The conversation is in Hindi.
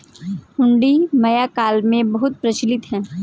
हुंडी मौर्य काल में बहुत प्रचलित थी